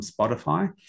Spotify